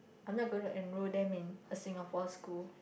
I'm not going to enroll them in a Singapore school